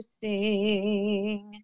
sing